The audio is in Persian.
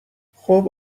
خوب